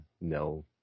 no